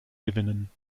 gewinnen